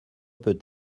peut